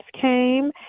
came